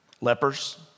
Lepers